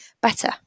better